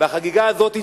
החגיגה הזאת צורמת,